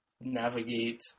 navigate